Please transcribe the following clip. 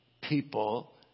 people